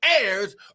heirs